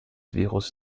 virus